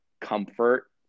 comfort